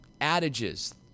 adages